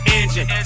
engine